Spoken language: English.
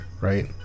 right